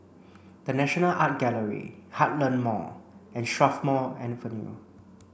The National Art Gallery Heartland Mall and Strathmore Avenue